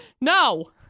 No